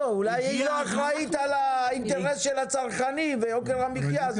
אולי היא לא אחראית על האינטרס של הצרכנים ויוקר המחיה,